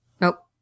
Nope